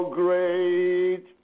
great